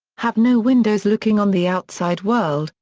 have no windows looking on the outside world,